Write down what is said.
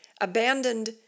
abandoned